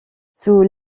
sous